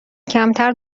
کمتر